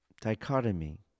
dichotomy